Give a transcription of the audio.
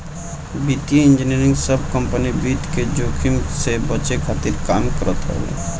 वित्तीय इंजनियरिंग सब कंपनी वित्त के जोखिम से बचे खातिर काम करत हवे